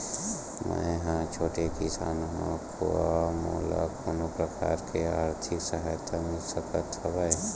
मै ह छोटे किसान हंव का मोला कोनो प्रकार के आर्थिक सहायता मिल सकत हवय?